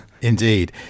indeed